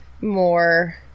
more